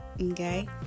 okay